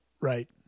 Right